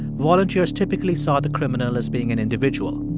volunteers typically saw the criminal as being an individual,